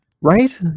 Right